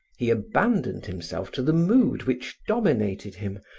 he abandoned himself to the mood which dominated him,